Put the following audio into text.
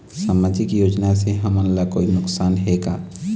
सामाजिक योजना से हमन ला कोई नुकसान हे का?